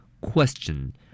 Question